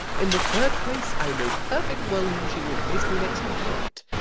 in the third place, i know perfectly well whom she will place me next to, to-night.